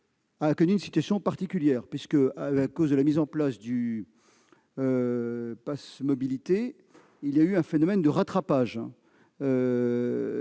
a connu une situation particulière du fait de la mise en place du Pass mobilité : il y a eu un phénomène de rattrapage